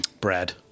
Brad